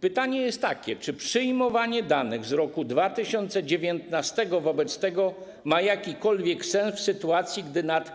Pytanie jest takie: Czy przyjmowanie danych z roku 2019 wobec tego ma jakikolwiek sens w sytuacji, gdy nad